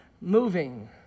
moving